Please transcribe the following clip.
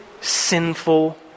sinful